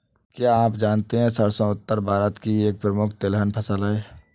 क्या आप जानते है सरसों उत्तर भारत की एक प्रमुख तिलहन फसल है?